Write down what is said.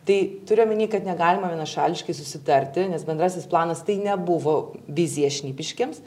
tai turiu omeny kad negalima vienašališkai susitarti nes bendrasis planas tai nebuvo vizija šnipiškėms